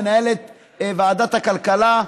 מנהלת ועדת הכלכלה,